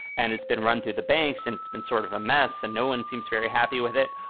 and it's been run through the banks and it's been sort of a mess. and no one seems very happy with it.